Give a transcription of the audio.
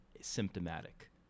symptomatic